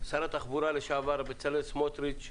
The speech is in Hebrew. שר התחבורה לשעבר, בצלאל סמוטריץ',